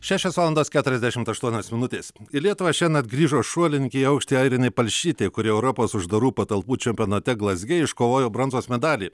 šešios valandos keturiasdešimt aštuonios minutės į lietuvą šiąnakt grįžo šuolininkė į aukštį airinė palšytė kuri europos uždarų patalpų čempionate glazge iškovojo bronzos medalį